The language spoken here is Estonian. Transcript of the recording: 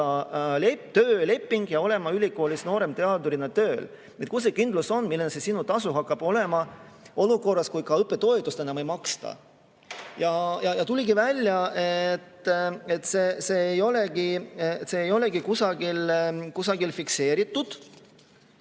tööleping ja sa pead olema ülikoolis nooremteadurina tööl. Kus see kindlus on, milline see sinu tasu hakkab olema olukorras, kui ka õppetoetust enam ei maksta? Tuligi välja, et see ei olegi kusagil fikseeritud.